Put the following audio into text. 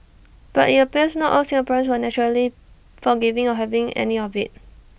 but IT appears not all Singaporeans were naturally forgiving or having any of IT